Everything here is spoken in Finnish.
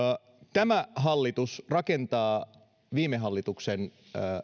tämä hallitus rakentaa viime hallituksen